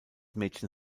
mädchen